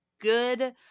good